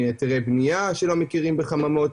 היתרי בנייה שלא מכירים בחממות,